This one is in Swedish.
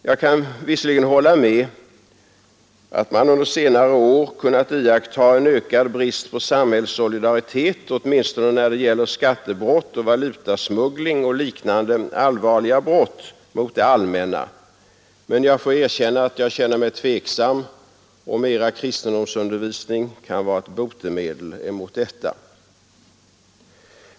Jag kan visserligen hålla med om att man under senare år kunnat iaktta en ökad brist på samhällssolidaritet åtminstone när det gäller skattebrott och valutasmuggling och liknande allvarliga brott mot det allmänna, men jag får erkänna att jag känner mig tveksam till om mera kristendomsundervisning kan vara ett botemedel mot detta.